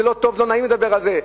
זה לא טוב, לא נעים לדבר על זה,